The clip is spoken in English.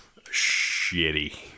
shitty